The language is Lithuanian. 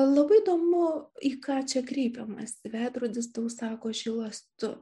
labai įdomu į ką čia kreipiamasi veidrodis tau sako žilas tu